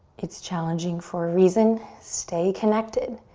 it's challenging for a reason. stay connected.